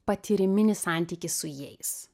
patyriminį santykį su jais